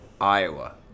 Iowa